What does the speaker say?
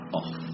off